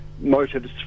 motives